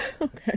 Okay